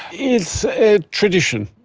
it's a tradition.